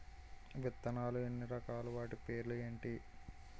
విత్తనాలు ఎన్ని రకాలు, వాటి పేర్లు ఏంటి?